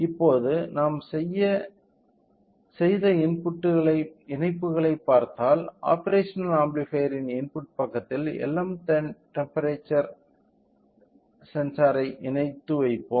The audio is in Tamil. இப்போது நாம் செய்த இணைப்புகளைப் பார்த்தால் ஆப்பேரஷனல் ஆம்பிளிபையர்யின் இன்புட் பக்கத்தில் LM35 டெம்ப்பெரேச்சர் சென்சார் ஐ இணைத்து வைப்போம்